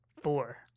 Four